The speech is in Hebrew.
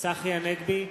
צחי הנגבי,